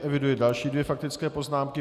Eviduji další dvě faktické poznámky.